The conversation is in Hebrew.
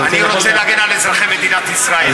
אני רוצה להגן על אזרחי מדינת ישראל,